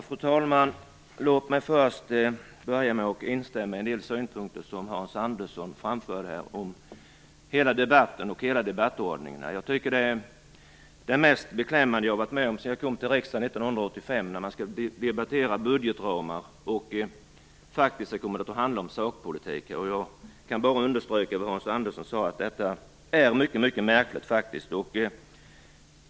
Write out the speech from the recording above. Fru talman! Låt mig börja med att instämma i en del synpunkter som Hans Andersson framförde om hela debatten och debattordningen. Jag tycker att det är det mest beklämmande som jag har varit med om sedan jag kom till riksdagen 1985 när det gäller att debattera budgetramar, och det kommer faktiskt att handla om sakpolitik. Jag kan bara understryka vad Hans Andersson sade, detta är mycket märkligt.